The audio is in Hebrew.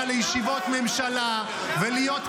יש מלחמה ואתה